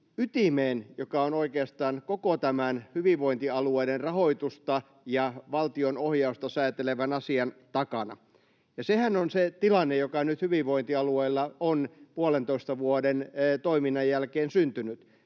ytimeen, joka on oikeastaan koko tämän hyvinvointialueiden rahoitusta ja valtionohjausta säätelevän asian takana. Sehän on se tilanne, joka nyt hyvinvointialueilla on puolentoista vuoden toiminnan jälkeen syntynyt: